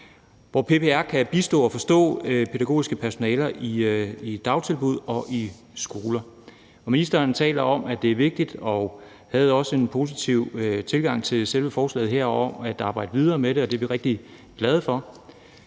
så PPR kan bistå det pædagogiske personale i dagtilbud og i skoler. Ministeren taler om, at det er vigtigt, og havde også en positiv tilgang til selve forslaget her om at arbejde videre med det, og det er vi rigtig glade for.